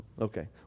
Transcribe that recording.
Okay